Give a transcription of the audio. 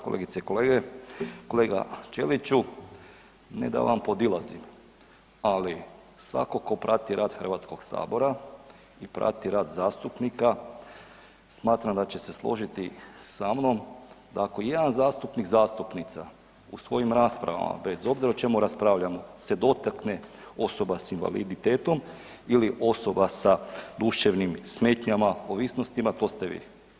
Kolegice i kolege, kolega Ćeliću, ne da vam podilazim ali svako prati rad Hrvatskog sabora i prati rad zastupnika smatram da će se složiti sa mnom da ako ijedan zastupnik, zastupnica u svojim raspravama bez obzira o čemu raspravljamo se dotakne osoba s invaliditetom ili osoba sa duševnim smetnjama to ste vi.